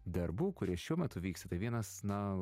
darbų kurie šiuo metu vyksta tai vienas na